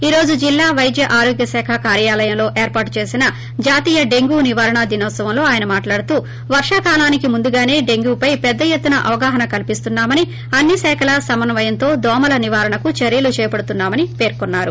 ఈరోజు జిల్లా వైద్య ఆరోగ్య శాఖ కార్యాలయంలో ఏర్పాటు చేసిన జాతీయ డెంగ్యూ నివారణ దినోత్పవంలో ఆయన మాట్లాడుతూ వర్షాకాలానికి ముందుగానే డెంగ్యూ పై పెద్ద ఎత్తున అవగాహన కల్పిస్తున్నామని అన్ని శాఖల సమన్నయంతో దోమల నివారణకు చర్యలు చేపడుతున్నా మని పేర్కొన్నారు